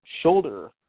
shoulder